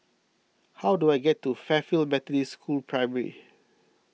how do I get to Fairfield Methodist School Primary